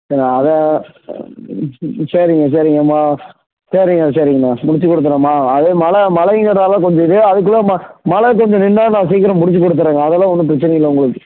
அது சரிங்க சரிங்கமா சரிங்க சரிங்கமா முடித்து குடுத்தர்றேமா அது மழை மழைங்கிறதுனாலதான் கொஞ்சம் இதே அதுக்குள்ளே மழை கொஞ்சம் நின்னால் நான் சீக்கிரம் முடித்து குடுத்தர்றேங்க அதெல்லாம் ஒன்றும் பிரச்சனையில்லை உங்களுக்கு